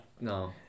no